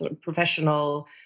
professional